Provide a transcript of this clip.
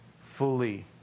fully